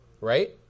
Right